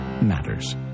Matters